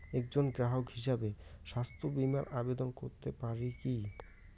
একজন গ্রাহক হিসাবে স্বাস্থ্য বিমার আবেদন করতে পারি কি?